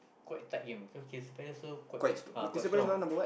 quite a tight game cause Crystal-Palace also quite uh quite strong ah